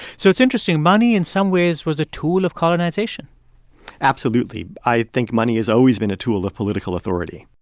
so it's interesting. money in some ways was a tool of colonization absolutely. i think money has always been a tool of political authority